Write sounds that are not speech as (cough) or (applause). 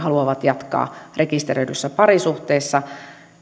(unintelligible) haluavat jatkaa rekisteröidyssä parisuhteessa (unintelligible)